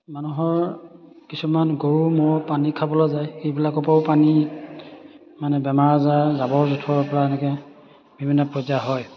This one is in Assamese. মানুহৰ কিছুমান গৰু ম'হ পানী খাবলৈ যায় সেইবিলাকৰ পৰাও পানী মানে বেমাৰ আজাৰ জাবৰ জোঁথৰ পৰা এনেকৈ বিভিন্ন পৰ্যায় হয়